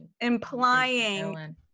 implying